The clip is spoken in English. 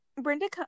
Brenda